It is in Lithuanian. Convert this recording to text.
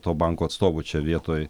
to banko atstovų čia vietoj